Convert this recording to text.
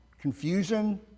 confusion